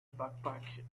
backpack